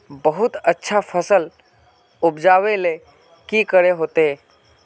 बहुत अच्छा फसल उपजावेले की करे होते?